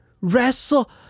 wrestle